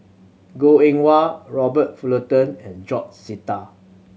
Goh Eng Wah Robert Fullerton and George Sita